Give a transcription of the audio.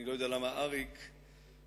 אני לא יודע למה אריק שרון,